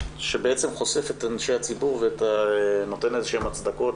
שבעצם חושף את אנשי הציבור ונותן איזה שהן הצדקות